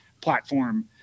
platform